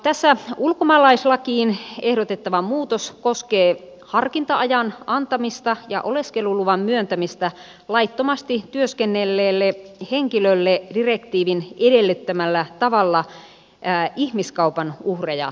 tässä ulkomaalaislakiin ehdotettava muutos koskee harkinta ajan antamista ja oleskeluluvan myöntämistä laittomasti työskennelleelle henkilölle direktiivin edellyttämällä tavalla ihmiskaupan uhreja vastaavalla menettelyllä